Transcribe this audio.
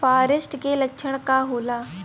फारेस्ट के लक्षण का होला?